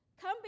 Come